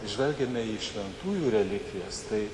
žvelgiame į šventųjų relikvijas tai